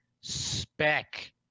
spec